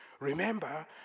remember